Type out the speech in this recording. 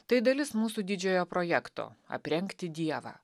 tai dalis mūsų didžiojo projekto aprengti dievą